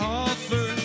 offer